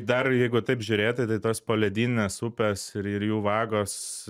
dar jeigu taip žiūrėti tai tos poledyninės upes ir jų vagos